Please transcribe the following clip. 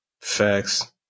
Facts